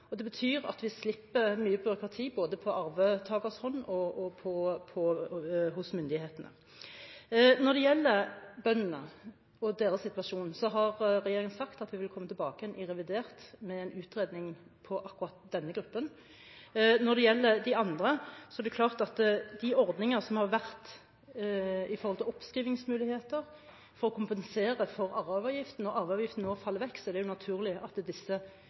og det betyr at vi slipper mye byråkrati både for arvetaker og hos myndighetene. Når det gjelder bøndene og deres situasjon, har regjeringen sagt at vi vil komme tilbake i revidert budsjett med en utredning av akkurat denne gruppen. Når det gjelder de andre, er det klart at ordningene med oppskrivingsmuligheter for å kompensere for arveavgiften, faller bort nå når arveavgiften faller bort. Det er naturlig at disse